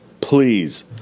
Please